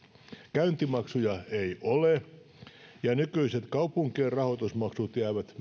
käyntimaksuja ei ole ja myös nykyiset kaupunkien rahoitusmaksut jäävät